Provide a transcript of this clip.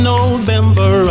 November